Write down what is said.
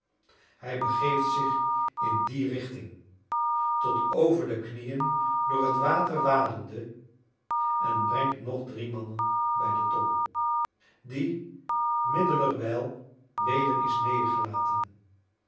hij begeeft zich in die richting tot over de knieën door het water wadende en brengt nog drie man bij de ton die middelerwijl weder is